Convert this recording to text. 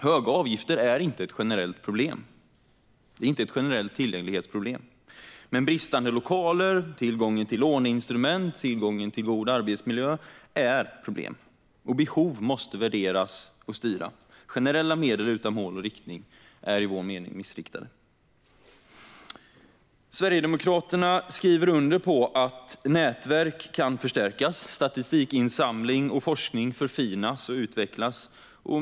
Höga avgifter är inte ett generellt tillgänglighetsproblem, men bristande lokaler, bristande tillgång till låneinstrument och bristande arbetsmiljö är problem. Behov måste värderas och styra. Generella medel utan mål och riktning är enligt vår mening missriktade. Sverigedemokraterna skriver under på att nätverk kan förstärkas och att statistikinsamling och forskning kan förfinas och utvecklas.